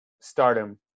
stardom